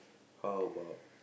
how about